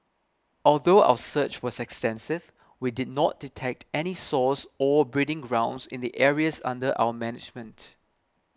although our search was extensive we did not detect any source or breeding grounds in the areas under our management